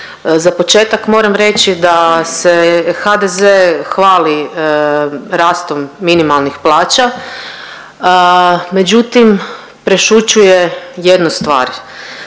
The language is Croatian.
Za početak moram reći da se HDZ hvali rastom minimalnih plaća, međutim prešućuje jednu stvar.